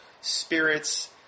spirits